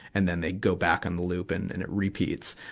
and then they go back on the loop and and it repeats.